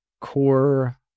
core